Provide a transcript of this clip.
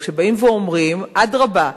כשבאים ואומרים: אדרבה,